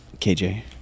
KJ